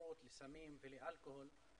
התמכרות לסמים ולאלכוהול,